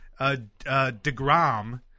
DeGrom